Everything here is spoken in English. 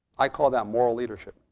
i call that moral leadership,